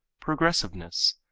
progressiveness,